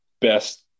best